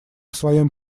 своем